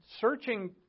searching